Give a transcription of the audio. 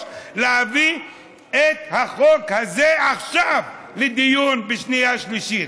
להביא את החוק הזה עכשיו לדיון בקריאה שנייה ושלישית,